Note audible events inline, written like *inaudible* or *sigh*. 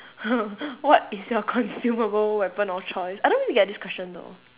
*laughs* what is your consumable weapon of choice I don't really get this question though